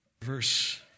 Verse